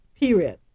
period